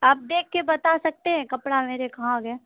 آپ دیکھ کے بتا سکتے ہیں کپڑا میرے کہاں گئیں